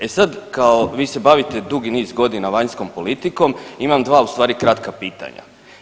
E sad, kao vi se bavite dugi niz godina vanjskom politikom imam dva ustvari kratka pitanja.